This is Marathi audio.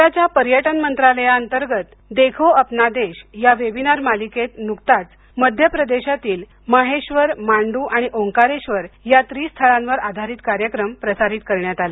केंद्राच्या पर्यटन मंत्रालयाअंतर्गत देखो अपना देश या वेबिनार मालिकेत नुकताच मध्य प्रदेशातील महेश्वर मांडू आणि ओंकारेश्वर या त्रिस्थळांवर आधारित कार्यक्रम प्रसारित करण्यात आला